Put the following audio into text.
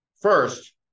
First